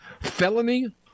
felony